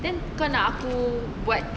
then kau nak aku buat